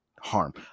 harm